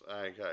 okay